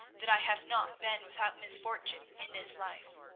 that i have not been without misfortune in this life.